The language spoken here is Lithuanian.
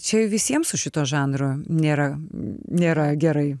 čia visiem su šituo žanru nėra nėra gerai